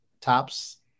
tops